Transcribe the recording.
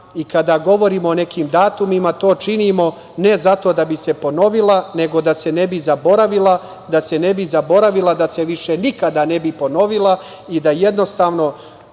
i kada govorimo o nekim datumima to činimo ne zato da bi se ponovila, nego da se ne bi zaboravila, da se više nikada ne bi ponovila, i da jednostavno